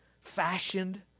fashioned